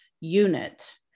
unit